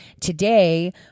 today